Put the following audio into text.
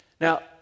Now